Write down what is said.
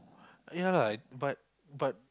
ya lah but but